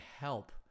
help